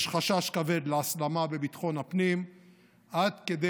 יש חשש כבד להסלמה בביטחון הפנים עד כדי